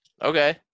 Okay